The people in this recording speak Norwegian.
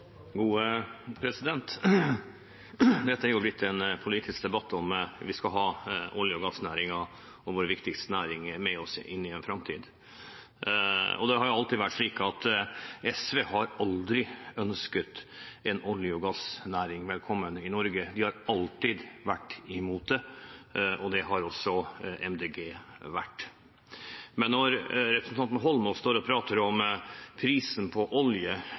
Dette er blitt en politisk debatt om vi skal ha olje- og gassnæringen, vår viktigste næring, med oss inn i en framtid. SV har aldri ønsket en olje- og gassnæring velkommen i Norge. De har alltid vært imot det, og det har også Miljøpartiet De Grønne vært. Men når representanten Eidsvoll Holmås står og prater om prisen på olje,